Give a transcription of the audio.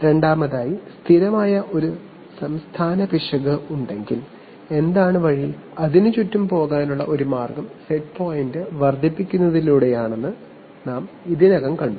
രണ്ടാമതായി സ്ഥിരമായ ഒരു പിശക് ഉണ്ടെങ്കിൽ എന്താണ് വഴി അതിനുചുറ്റും പോകാനുള്ള ഒരു മാർഗ്ഗം സെറ്റ് പോയിന്റ് വർദ്ധിപ്പിക്കുന്നതിലൂടെയാണെന്ന് ഞങ്ങൾ ഇതിനകം കണ്ടു